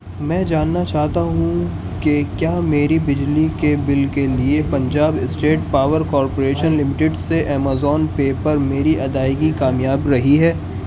میں جاننا چاہتا ہوں کہ کیا میرے بجلی کے بل کے لیے Punjab state power corporation limited سے ایمیزون پے پر میری ادائیگی کامیاب رہی ہے